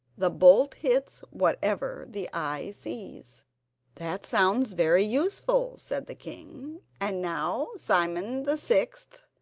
the bolt hits whatever the eye sees that sounds very useful said the king. and now, simon the sixth,